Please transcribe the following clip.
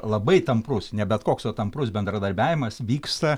labai tamprus ne bet koks o tamprus bendradarbiavimas vyksta